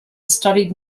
studied